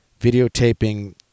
videotaping